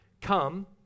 come